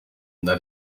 that